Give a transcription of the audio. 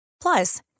Plus